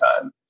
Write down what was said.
time